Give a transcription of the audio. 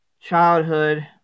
Childhood